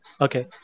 Okay